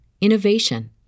innovation